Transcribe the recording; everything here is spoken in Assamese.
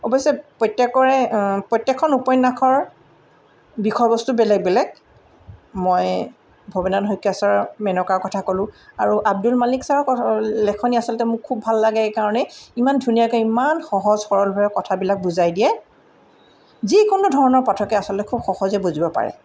অৱশ্যে প্ৰত্যেকৰে প্ৰত্যেকখন উপন্যাসৰ বিষয়বস্তু বেলেগ বেলেগ মই ভবেন্দ্ৰনাথ শইকীয়াৰ ছাৰৰ মেনকাৰ কথা ক'লো আৰু আব্দুল মালিক ছাৰৰ লেখনি আচলতে মোক খুব ভাল লাগে এইকাৰণেই ইমান ধুনীয়াকৈ ইমান সহজ সৰলভাৱে কথাবিলাক বুজাই দিয়ে যিকোনো ধৰণৰ পাঠকে আচলতে খুব সহজে বুজিব পাৰে